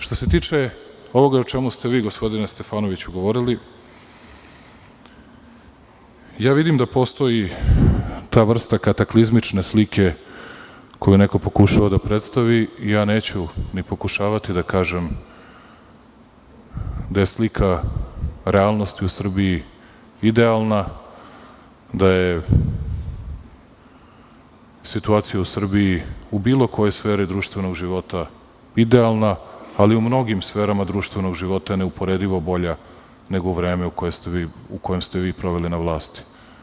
Što se tiče ovoga o čemu ste vi gospodine Stefanoviću govorili, vidim da postoji ta vrsta kataklizmičke slike koju neko pokušava da predstavi i neću ni pokušavati da kažem da je slika realnosti u Srbiji idealna, da je situacija u Srbiji u bilo kojoj sferi društvenog života idealna, ali u mnogim sferama društvenog života je neuporedivo bolja nego u vreme u kojem ste vi bili na vlasti.